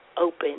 open